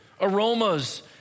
Aromas